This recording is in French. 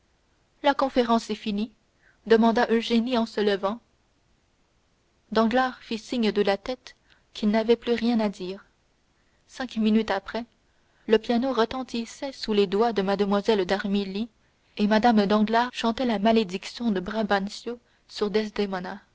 la conférence est finie demanda eugénie en se levant danglars fit signe de la tête qu'il n'avait plus rien à dire cinq minutes après le piano retentissait sous les doigts de mlle d'armilly et mlle danglars chantait la malédiction de brabantio sur